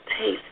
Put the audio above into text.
taste